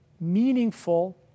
meaningful